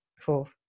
Cool